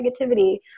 negativity